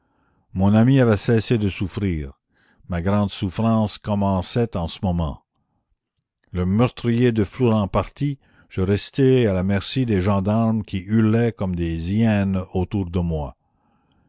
mon ami avait cessé de souffrir ma grande souffrance commençait en ce moment le meurtrier de flourens parti je restai à la merci des gendarmes qui hurlaient comme des hyènes autour de moi